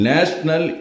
National